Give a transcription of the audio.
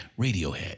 Radiohead